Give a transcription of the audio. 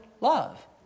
love